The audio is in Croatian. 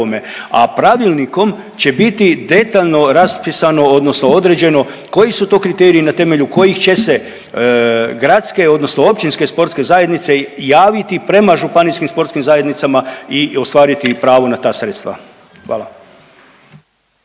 a pravilnikom će biti detaljno raspisano odnosno određeno koji su to kriteriji na temelju kojih će se gradske odnosno općinske sportske zajednice javiti prema županijskim sportskim zajednicama i ostvariti pravo na ta sredstva, hvala.